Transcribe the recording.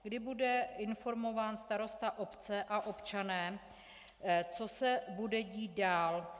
Kdy bude informován starosta obce a občané, co se bude dít dál?